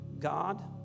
God